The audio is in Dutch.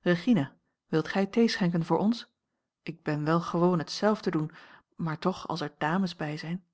regina wilt gij thee schenken voor ons ik ben wel gewoon het zelf te doen maar toch als er dames bij zijn